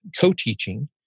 co-teaching